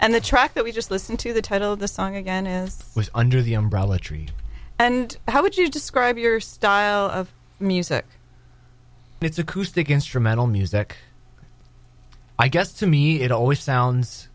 and the track that we just listen to the title of the song again is under the umbrella treat and how would you describe your style of music it's acoustic instrumental music i guess to me it always sounds